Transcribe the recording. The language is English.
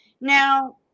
now